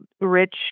Rich